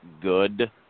good